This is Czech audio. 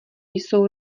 jsou